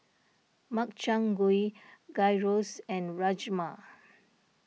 Makchang Gui Gyros and Rajma